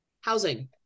housing